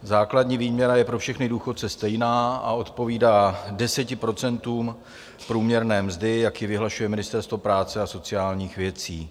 Základní výměra je pro všechny důchodce stejná a odpovídá 10 procentům průměrné mzdy, jak ji vyhlašuje Ministerstvo práce a sociálních věcí.